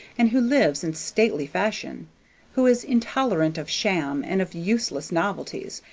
and who lives in stately fashion who is intolerant of sham and of useless novelties,